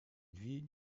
vie